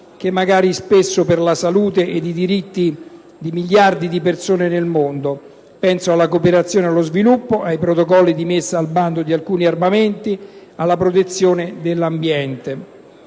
magari per la salute e i diritti di miliardi di persone nel mondo: penso alla cooperazione allo sviluppo, ai protocolli di messa al bando di alcuni armamenti, alla protezione dell'ambiente.